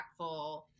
impactful